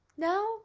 Now